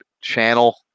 channel